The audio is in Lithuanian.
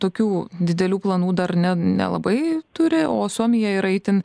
tokių didelių planų dar ne nelabai turi o suomija yra itin